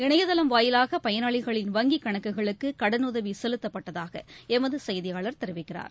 இணையதளம் வாயிலாகபயனாளிகளின் வங்கிக் கணக்குகளுக்குகடனுதவிசெலுத்தப்பட்டதாகஎமதுசெய்தியாளர் தெரிவிக்கிறார்